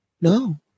no